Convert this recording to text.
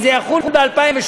וזה יחול ב-2018,